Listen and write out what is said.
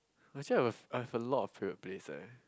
myself have I have a lot of favourite place eh